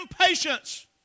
impatience